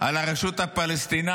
על הרשות הפלסטינית